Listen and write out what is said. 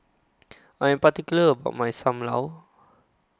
I Am particular about My SAM Lau